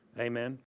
Amen